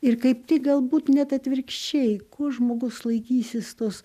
ir kaip tai galbūt net atvirkščiai kuo žmogus laikysis tos